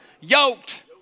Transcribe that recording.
Yoked